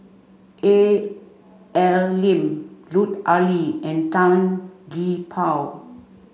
A L Lim Lut Ali and Tan Gee Paw